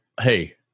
Hey